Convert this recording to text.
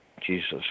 Jesus